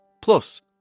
Plus